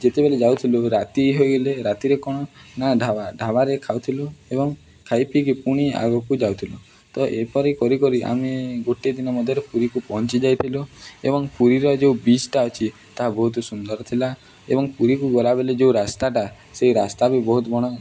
ଯେତେବେଳେ ଯାଉଥିଲୁ ରାତି ହେଗଲେ ରାତିରେ କ'ଣ ନାଢାବା ଢ଼ାବାରେ ଖାଉଥିଲୁ ଏବଂ ଖାଇ ପିଇକି ପୁଣି ଆଗକୁ ଯାଉଥିଲୁ ତ ଏପରି କରି କରି ଆମେ ଗୋଟେ ଦିନ ମଧ୍ୟରେ ପୁରୀକୁ ପହଞ୍ଚି ଯାଇଥିଲୁ ଏବଂ ପୁରୀର ଯେଉଁ ବିଚ୍ଟା ଅଛି ତାହା ବହୁତ ସୁନ୍ଦର ଥିଲା ଏବଂ ପୁରୀକୁ ଗଲାବେଳେ ଯେଉଁ ରାସ୍ତାଟା ସେଇ ରାସ୍ତା ବି ବହୁତ ବଣ